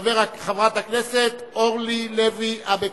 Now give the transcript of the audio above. חברת הכנסת אורלי לוי אבקסיס.